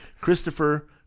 Christopher